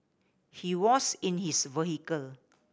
he was in his vehicle